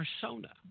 persona